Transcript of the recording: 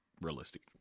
realistic